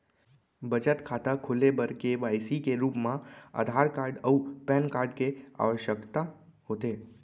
बचत खाता खोले बर के.वाइ.सी के रूप मा आधार कार्ड अऊ पैन कार्ड के आवसकता होथे